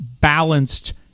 balanced